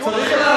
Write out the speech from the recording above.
אם כתוב שם,